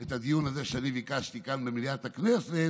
את הדיון הזה שאני ביקשתי כאן במליאת הכנסת,